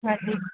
ਹਾਂਜੀ